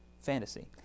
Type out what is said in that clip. fantasy